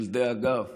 גם של דאגה למאי,